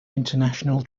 international